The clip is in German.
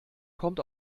kommt